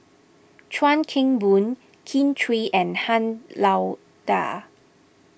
Chuan Keng Boon Kin Chui and Han Lao Da